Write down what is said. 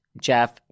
Jeff